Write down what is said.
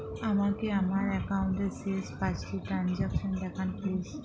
আমাকে আমার একাউন্টের শেষ পাঁচটি ট্রানজ্যাকসন দেখান প্লিজ